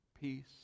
Peace